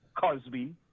Cosby